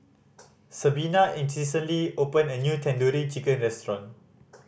Sabina opened a new Tandoori Chicken Restaurant